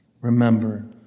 remember